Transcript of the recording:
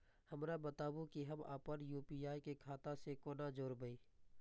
हमरा बताबु की हम आपन यू.पी.आई के खाता से कोना जोरबै?